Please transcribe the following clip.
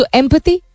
empathy